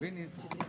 יומיים היינו כאן,